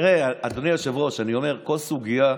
תראה, אדוני היושב-ראש, אני אומר: כל סוגיה,